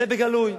אלא בגלוי.